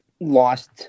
lost